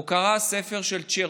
הוא קרא ספר של צ'רצ'יל.